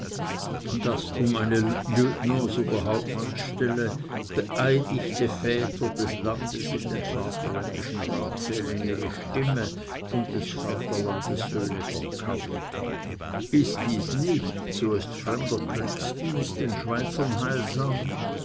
daß um eine lieutenants oder hauptmannsstelle beeidigte väter des landes in den vaterländischen ratssälen ihre stimmen und des vaterlandes söhne verkauften ist dies nicht so ist fremder kriegsdienst den schweizern heilsam